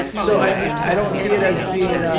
so i don't see it as being.